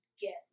get